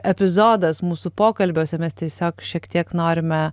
epizodas mūsų pokalbiuose mes tiesiog šiek tiek norime